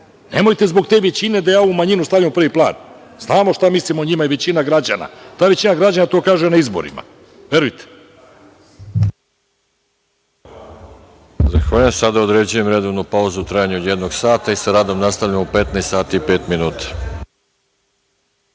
Nemojte zbog te većine da ja manjinu stavljam u prvi plan. Znamo šta misli o njima i većina građana. Ta većina građana to kaže na izborima, verujte.